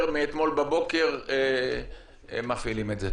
על כך שמאתמול בבוקר מפעילים את זה.